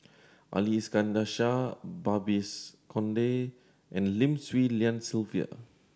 Ali Iskandar Shah Babes Conde and Lim Swee Lian Sylvia